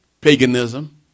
paganism